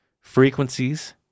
frequencies